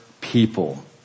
people